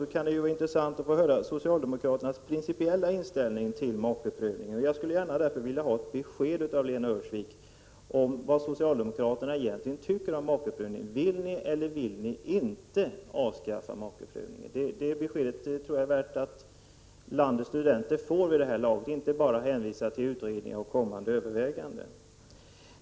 Det kan i stället vara intressant att få höra socialdemokraternas principiella inställning till äktamakeprövningen. Jag vill därför gärna ha ett besked från Lena Öhrsvik om vad socialdemokraterna egentligen tycker om äktamakeprövningen. Vill ni eller vill ni inte avskaffa den? Det beskedet tycker jag det är befogat att landets studenter får vid det här laget — så att ni inte bara hänvisar till utredningar och kommande överväganden.